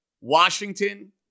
Washington